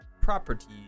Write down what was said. properties